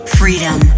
freedom